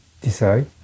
decide